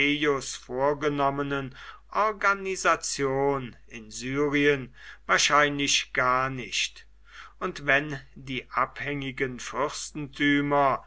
vorgenommenen organisation in syrien wahrscheinlich gar nicht und wenn die abhängigen